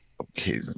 Okay